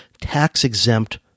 tax-exempt